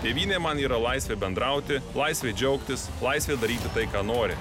tėvynė man yra laisvė bendrauti laisvė džiaugtis laisvė daryti tai ką nori